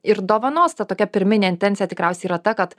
ir dovanos ta tokia pirminė intencija tikriausiai yra ta kad